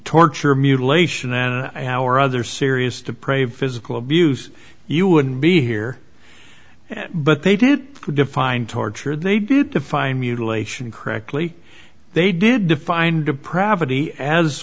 torture mutilation and our other serious to pray of physical abuse you wouldn't be here but they did define torture they did define mutilation correctly they did define depravity as